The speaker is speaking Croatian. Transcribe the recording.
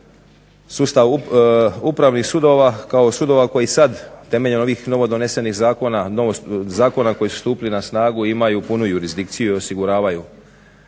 sustav upravnih sudova kao sudova koji sad temeljem ovih novodonesenih zakona, zakona koji su stupili na snagu imaju punu jurisdikciju i osiguravaju